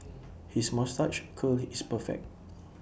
his moustache curl is perfect